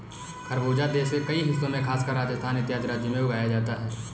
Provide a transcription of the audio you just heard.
खरबूजा देश के कई हिस्सों में खासकर राजस्थान इत्यादि राज्यों में उगाया जाता है